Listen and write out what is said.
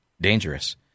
dangerous